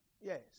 Yes